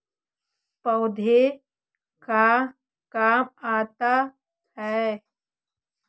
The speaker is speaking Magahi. पौधे का काम आता है?